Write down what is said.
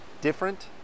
Different